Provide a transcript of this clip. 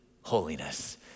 holiness